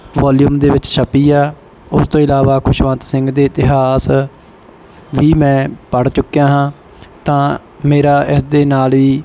volume ਦੇ ਵਿੱਚ ਛਪੀ ਆ ਉਸ ਤੋਂ ਇਲਾਵਾ ਖੁਸ਼ਵੰਤ ਸਿੰਘ ਦੇ ਇਤਿਹਾਸ ਵੀ ਮੈਂ ਪੜ੍ਹ ਚੁੱਕਿਆ ਹਾਂ ਤਾਂ ਮੇਰਾ ਇਸਦੇ ਨਾਲ ਹੀ